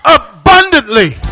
abundantly